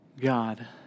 God